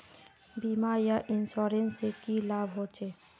बीमा या इंश्योरेंस से की लाभ होचे?